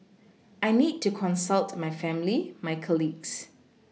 I need to consult my family my colleagues